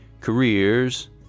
careers